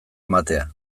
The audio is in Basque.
ematea